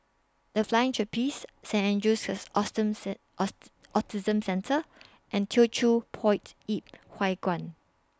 The Flying Trapeze Saint Andrew's Autism Centre and Teochew Poit Ip Huay Kuan